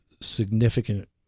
significant